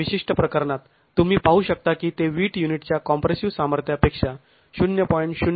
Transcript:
या विशिष्ट प्रकरणात तुम्ही पाहू शकता की ते विट युनिटच्या कॉम्प्रेसिव सामर्थ्यापेक्षा ०